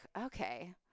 okay